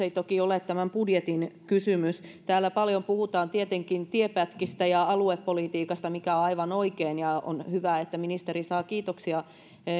ei toki ole tämän budjetin kysymys täällä paljon puhutaan tietenkin tiepätkistä ja aluepolitiikasta mikä on aivan oikein ja on hyvä että ministeri saa kiitoksia